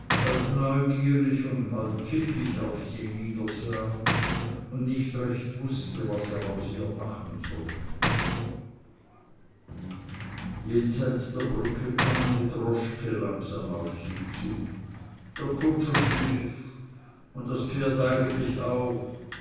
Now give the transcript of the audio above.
neugierig und halb pfiffig auf sie niedersah und nicht recht wußte was er aus ihr machen sollte jenseits der brücke kam eine droschke langsam auf sie zu der kutscher schlief und das pferd eigentlich auch